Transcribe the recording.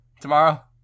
Tomorrow